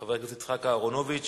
חבר הכנסת יצחק אהרונוביץ.